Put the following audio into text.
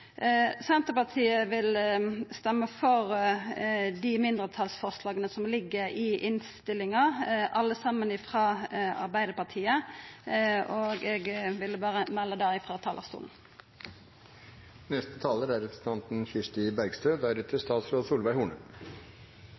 Senterpartiet vil stemma for dei mindretalsforslaga frå Arbeidarpartiet som ligg i innstillinga, og eg ville berre melda det frå talarstolen.